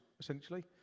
essentially